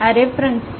આ રેફરન્સ છે